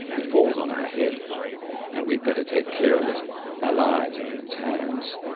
it falls on our head and we'd better take care of it our lives are in its hands.